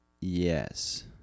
Yes